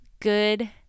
good